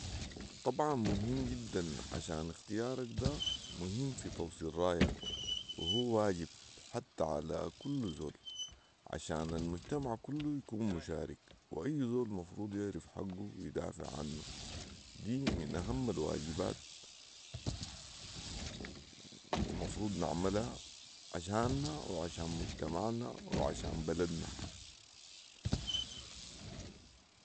طبعا مهم جدا عشان اختيارك ده مهم في توصيل رايك وهو واجب حتي علي كل زول عشان المجتمع كله يكون مشارك واي زول مفروض يعرف حقه ويدافع عنه دي من اهم الواجبات المفروض نعملها عشانا وعشان مجتمعنا وعشان بلدنا